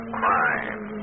crime